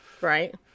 Right